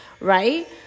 right